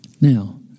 Now